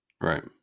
right